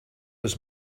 was